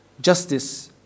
justice